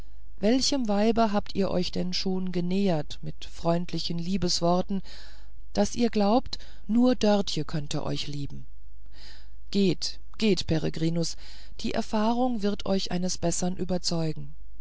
welchem weibe habt ihr euch denn schon genähert mit freundlichen liebesworten daß ihr glaubt nur dörtje könne euch lieben geht geht peregrinus die erfahrung wird euch eines bessern überzeugen